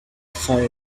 fire